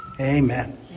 Amen